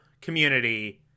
community